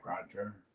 Roger